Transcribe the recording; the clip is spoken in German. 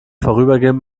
vorübergehend